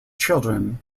children